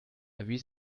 erwies